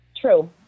True